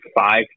five